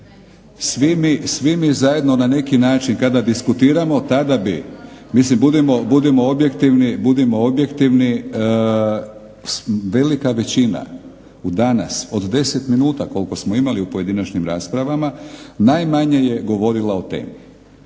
Svi mi zajedno na neki način kada diskutiramo tada bi, mislim budimo objektivni. Velika većina u danas od 10 minuta koliko smo imali u pojedinačnim raspravama najmanje je govorila o temi